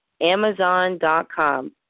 Amazon.com